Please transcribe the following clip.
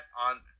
on